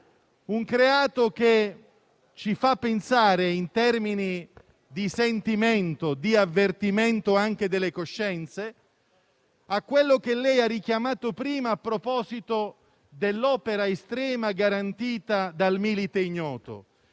un creato che ci fa pensare, in termini di sentimento, di avvertimento delle coscienze, a quello che lei ha richiamato prima a proposito dell'opera estrema garantita dal Milite ignoto,